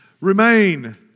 Remain